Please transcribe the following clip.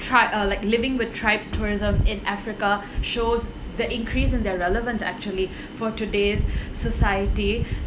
tribe uh like living with tribes tourism in africa shows the increase in their relevance actually for today's society